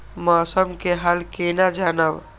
मौसम के हाल केना जानब?